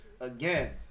again